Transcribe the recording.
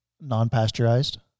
non-pasteurized